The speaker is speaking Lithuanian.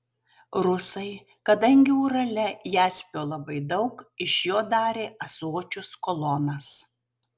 rusai kadangi urale jaspio labai daug iš jo darė ąsočius kolonas